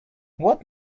what